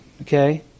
okay